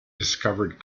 discovered